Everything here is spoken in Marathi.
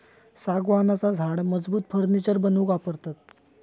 सागवानाचा झाड मजबूत फर्नीचर बनवूक वापरतत